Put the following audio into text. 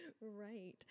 Right